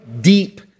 deep